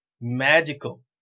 Magical